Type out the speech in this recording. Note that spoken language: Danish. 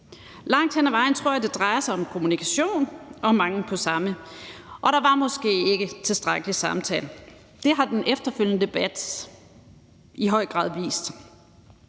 Langt hen ad vejen tror jeg det drejer sig om kommunikation og om mangel på samme, og der var måske ikke tilstrækkelig samtale. Det har den efterfølgende debat i høj grad vist.